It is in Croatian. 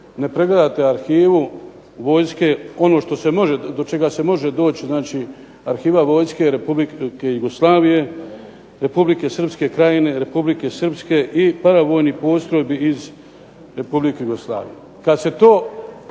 ne pregledate arhivu vojske, ono do čega se može doći, znači arhiva Vojske Republike Jugoslavije, Republike Srpske krajine, Republike Srpske i paravojnih postrojbi iz Republike Jugoslavije. Kad se ta